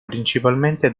principalmente